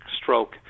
stroke